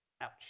Ouch